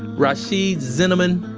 rashid zinnamon,